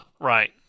Right